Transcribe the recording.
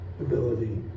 ability